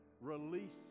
Release